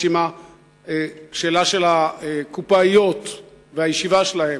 לגבי השאלה של הקופאיות והישיבה שלהן,